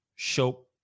show